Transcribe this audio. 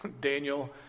Daniel